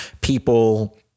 people